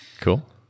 cool